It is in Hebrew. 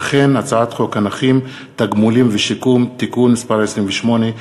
הצעת חוק הנכים (תגמולים ושיקום) (תיקון מס' 28),